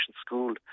school